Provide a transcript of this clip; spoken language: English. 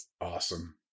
Awesome